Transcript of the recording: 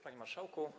Panie Marszałku!